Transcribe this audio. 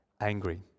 angry